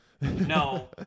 No